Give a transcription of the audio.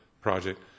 project